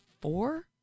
four